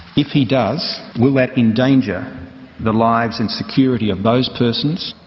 if he does, will that endanger the lives and security of those persons?